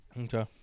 Okay